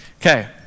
Okay